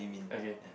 okay